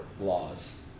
laws